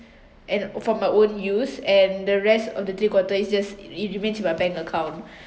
and for my own use and the rest of the three quarter is just it remains my bank account